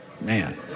man